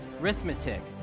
Arithmetic